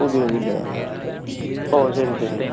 പുതിയതിലൊ ഓ ശരി ശരി